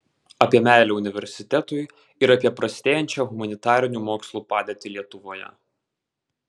apie meilę universitetui ir apie prastėjančią humanitarinių mokslų padėtį lietuvoje